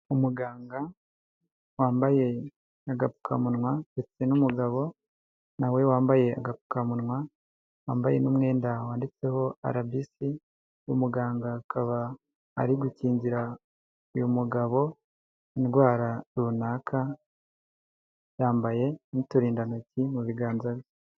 Umuganga wambaye agapfukamunwa ndetse n'umugabo na we wambaye agapfukamunwa, wambaye n'umwenda wanditseho RBC, umuganga akaba ari gukingira uyu mugabo indwara runaka, yambaye n'uturindantoki mu biganza bye.